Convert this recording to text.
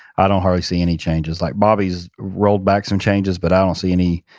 i don't hardly see any changes. like bobby's rolled back some changes, but i don't see any,